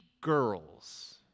girls